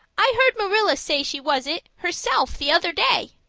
i heard marilla say she was it, herself, the other day.